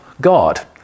God